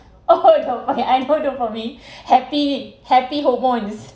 oh don't mind I know that for me happy happy hormones